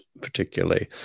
particularly